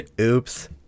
Oops